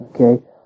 okay